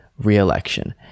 re-election